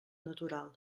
natural